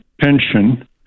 pension